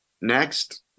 Next